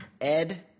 Ed